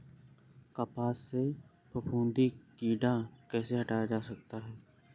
कपास से फफूंदी कीड़ा कैसे हटाया जा सकता है?